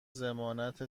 ضمانت